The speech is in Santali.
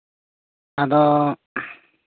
ᱟᱫᱚ